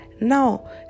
Now